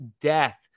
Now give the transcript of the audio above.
Death